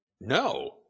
No